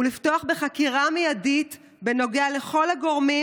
ולפתוח בחקירה מיידית בנוגע לכל הגורמים